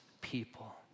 people